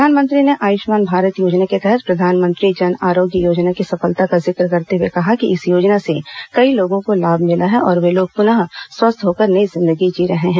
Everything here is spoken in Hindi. प्रधानमंत्री ने आयुष्मान भारत योजना के तहत प्रधानमंत्री जन आरोग्य योजना की सफलता का जिक्र करते हुए कहा कि इस योजना से कई लोगों को लाभ मिला और वे लोग पुनः स्वस्थ होकर नई जिंदगी जी रहे हैं